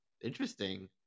interesting